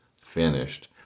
finished